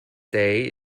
day